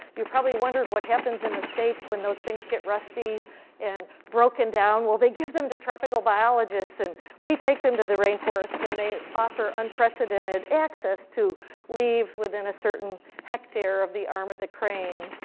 you probably wonder what happens in the states when those things get rusty and broken down. well, they give them to tropical biologists, and we take them to the rain forest, and they offer unprecedented access to leaves within a certain hectare of the arm of the crane.